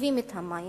גונבים את המים,